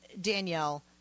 Danielle